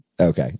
okay